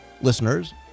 listeners